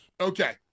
okay